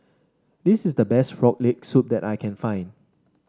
this is the best Frog Leg Soup that I can find